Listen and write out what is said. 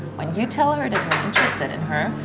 when you tell her in her,